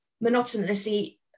monotonously